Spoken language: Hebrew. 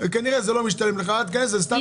שכנראה זה לא משתלם לך ואל תיכנס.